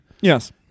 Yes